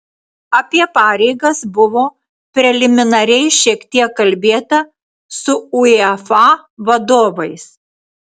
apie pareigas buvo preliminariai šiek tiek kalbėta su uefa vadovais